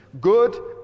good